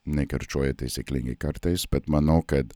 nekirčiuoju taisyklingai kartais bet manau kad